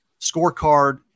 Scorecard